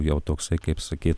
jau toksai kaip sakyt